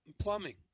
plumbing